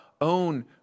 own